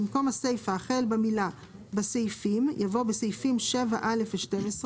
במקום הסיפה החל במילה "בסעיפים" יבוא "בסעיפים 7א ו-12,